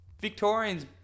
Victorians